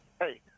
Hey